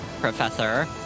professor